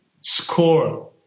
score